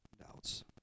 doubts